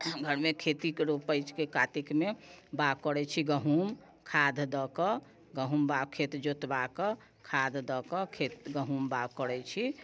घरमे खेतीके रोपै छै कातिकमे बाग करैत छै गहूँम खाद दऽकऽ गहूँम बाग खेत जोतबा कऽ खाद दऽकऽ खेत गहूँम बाग करैत छी